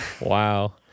Wow